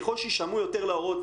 ככל שיישמעו יותר להוראות,